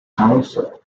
council